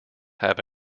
have